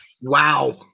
Wow